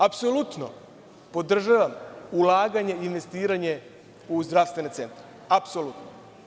Apsolutno podržavam ulaganje, investiranje u zdravstvene centre, apsolutno.